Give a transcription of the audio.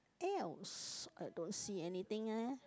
else I don't see anything leh